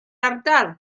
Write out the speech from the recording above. ardal